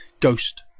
Ghost